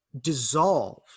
dissolved